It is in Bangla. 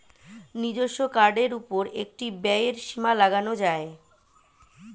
নিজস্ব কার্ডের উপর একটি ব্যয়ের সীমা লাগানো যায়